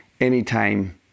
anytime